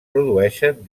produeixen